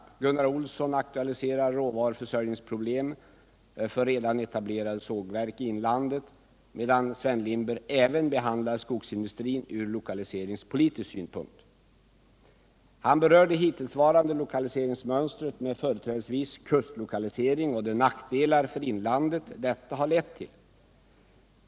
Gunnar Olsson aktualiserar råvaruförsörjningsproblem för redan etablerade sågverk i inlandet, medan Sven Lindberg även behandlar skogsindustrin ur lokaliseringspolitisk synpunkt. Han berör det hittillsvarande lokaliseringsmönstret med företrädesvis kustlokalisering och de nackdelar för inlandet detta har lett till.